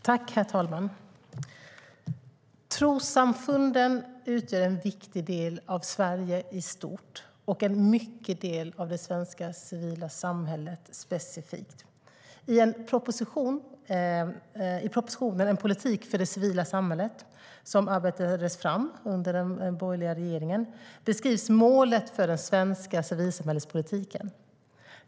Herr talman! Trossamfunden utgör en viktig del av Sverige i stort och en mycket viktig del av det svenska civila samhället specifikt. I propositionen En politik för det civila samhället , som arbetades fram under den borgerliga regeringen, beskrivs målet för politiken för det svenska civila samhället.